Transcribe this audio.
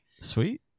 Sweet